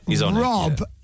Rob